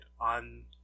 on